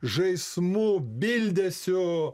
žaismu bildesiu